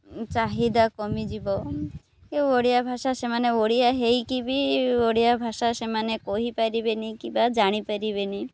ଚାହିଦା କମିଯିବ କି ଓଡ଼ିଆ ଭାଷା ସେମାନେ ଓଡ଼ିଆ ହେଇକି ବି ଓଡ଼ିଆ ଭାଷା ସେମାନେ କହିପାରିବେନି କିବା ଜାଣିପାରିବେନି